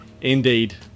Indeed